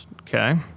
Okay